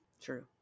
true